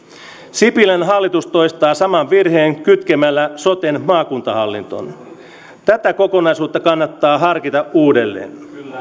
sipilän hallitus toistaa saman virheen kytkemällä soten maakuntahallintoon tätä kokonaisuutta kannattaa harkita uudelleen